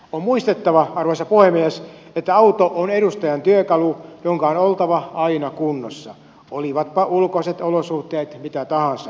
on muistettava että auto on edustajan työkalu jonka on oltava aina kunnossa olivatpa ulkoiset olosuhteet mitä tahansa